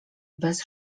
bez